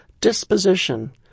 disposition